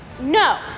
No